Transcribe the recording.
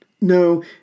No